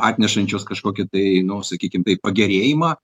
atnešančios kažkokie tai nu sakykim taip pagerėjimą